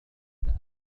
سأعود